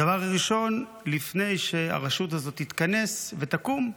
הדבר הראשון, לפני שהרשות הזאת תתכנס ותקום,